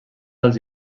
als